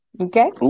Okay